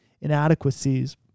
inadequacies